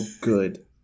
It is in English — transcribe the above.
good